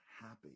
happy